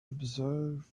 observe